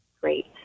Great